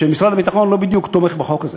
שמשרד הביטחון לא בדיוק תומך בחוק הזה,